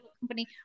company